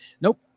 Nope